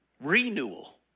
Renewal